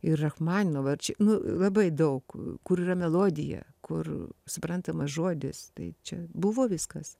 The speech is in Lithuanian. ir rachmaninovą ir čia nu labai daug kur yra melodija kur suprantamas žodis tai čia buvo viskas